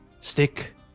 Stick